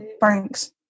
thanks